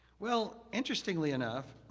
well, interestingly enough,